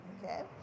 Okay